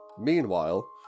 Meanwhile